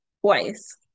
twice